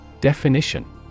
Definition